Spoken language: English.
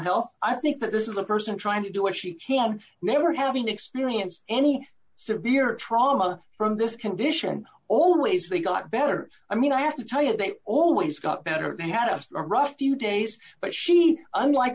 health i think that this is a person trying to do what she can never having experienced any severe trauma from this condition always they got better i mean i have to tell you they always got better they had a rough few days but she unlike